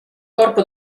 corpo